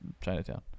Chinatown